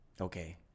Okay